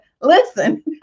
listen